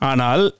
Anal